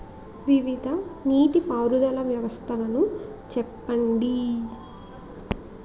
వివిధ నీటి పారుదల వ్యవస్థలను చెప్పండి?